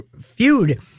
feud